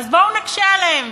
אז, בואו נקשה עליהם,